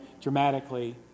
dramatically